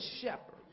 shepherd